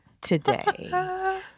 today